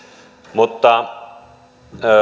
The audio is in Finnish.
mutta